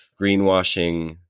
greenwashing